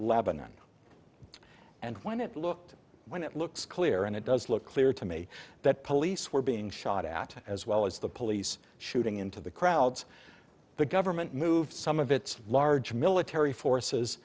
lebanon and when it looked when it looks clear and it does look clear to me that police were being shot at as well as the police shooting into the crowds the government moved some of its large military forces